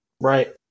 right